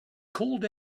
called